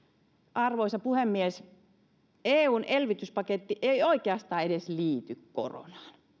arvoisa puhemies eun elvytyspaketti ei oikeastaan edes liity koronaan